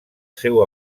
seu